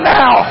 now